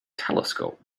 telescope